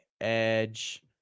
edge